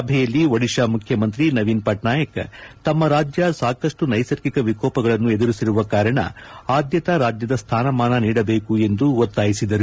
ಸಭೆಯಲ್ಲಿ ಒಡಿಶಾ ಮುಖ್ಯಮಂತ್ರಿ ನವೀನ್ ಪಟ್ನಾಯಕ್ ತಮ್ಮ ರಾಜ್ಯ ಸಾಕಷ್ಟು ನೈಸರ್ಗಿಕ ವಿಕೋಪಗಳನ್ನು ಎದುರಿಸಿರುವ ಕಾರಣ ಆದ್ಯತಾ ರಾಜ್ಯದ ಸ್ಥಾನಮಾನ ನೀಡಬೇಕು ಎಂದು ಒತ್ತಾಯಿಸಿದರು